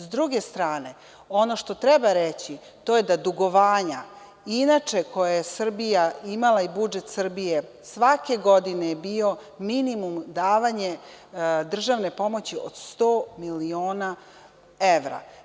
S druge strane, ono što treba reći, to je da dugovanja inače koje je Srbija imala i budžet Srbije, svake godine je bio minimum davanje državne pomoći od 100 miliona evra.